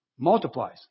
multiplies